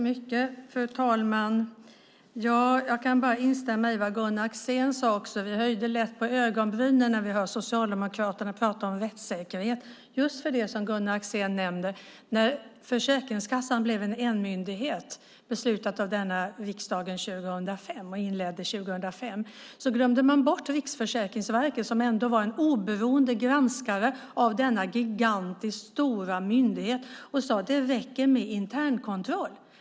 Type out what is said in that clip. Fru talman! Jag kan bara instämma i vad Gunnar Axén sade. Vi höjer lätt på ögonbrynen när vi hör Socialdemokraterna prata om rättssäkerhet. När Försäkringskassan blev en enmyndighet, just som Gunnar Axén nämner, beslutad av denna riksdag 2005 och som inleddes 2005 glömde man bort Riksförsäkringsverket som var en oberoende granskare av denna gigantiskt stora myndighet. Man sade: Det räcker med internkontroll.